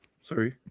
Sorry